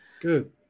Good